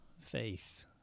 faith